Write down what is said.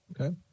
Okay